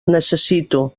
necessito